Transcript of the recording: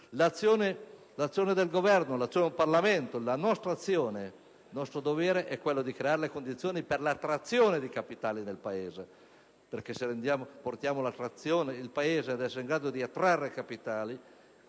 L'azione del Governo e del Parlamento, la nostra azione, il nostro dovere è di creare le condizioni per attrarre capitali nel Paese perché, se portiamo il Paese ad essere in grado di attrarre capitali,